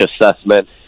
assessment